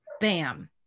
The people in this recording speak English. bam